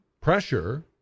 pressure